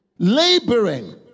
Laboring